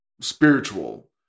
spiritual